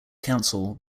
council